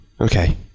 okay